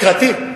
לקראתי.